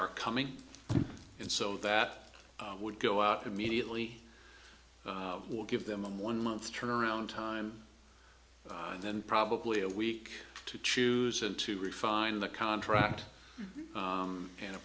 are coming in so that would go out immediately would give them one month turnaround time and then probably a week to choose and to refine the contract and a